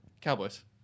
Cowboys